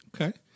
Okay